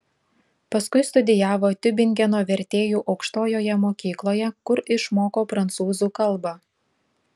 paskui studijavo tiubingeno vertėjų aukštojoje mokykloje kur išmoko prancūzų kalbą